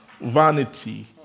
vanity